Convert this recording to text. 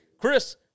Chris